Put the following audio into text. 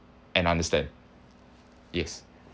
and understand yes